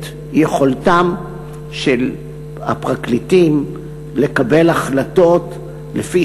את יכולתם של הפרקליטים לקבל החלטות לפי